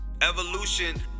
Evolution